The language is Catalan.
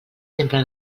sempre